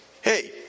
hey